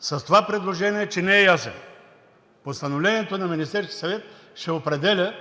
с това предложение, че не е ясен. Постановлението на Министерския съвет ще определя